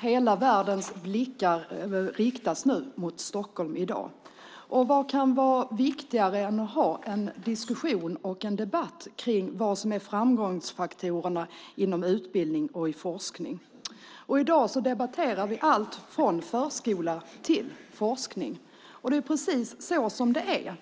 hela världens blickar riktas mot Stockholm. Vad kan vara viktigare än att ha en diskussion och debatt om vad som är framgångsfaktorerna inom utbildning och forskning? I dag debatterar vi allt från förskola till forskning. Det är precis så det är.